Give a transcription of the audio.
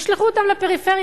תשלחו אותם לפריפריה.